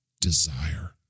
desire